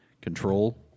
control